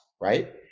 right